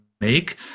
make